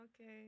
Okay